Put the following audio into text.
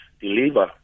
deliver